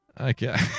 Okay